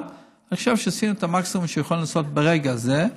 אבל אני חושב שעשינו את המקסימום שיכולנו לעשות ברגע זה.